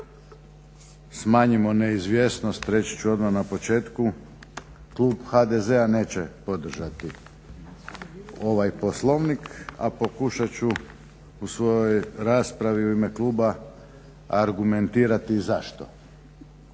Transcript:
smanjimo neizvjesnost reći ću odmah na početku klub HDZ-a neće podržati ovaj poslovnik, a pokušat ću u svojoj raspravi u ime kluba argumentirati i zašto.